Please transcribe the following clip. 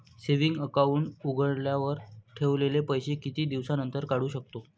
Saving account उघडल्यावर ठेवलेले पैसे किती दिवसानंतर काढू शकतो?